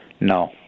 No